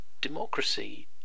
democracy